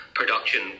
production